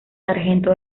sargento